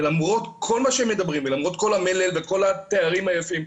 ולמרות כל מה שמדברים ולמרות כל המלל והתארים היפים,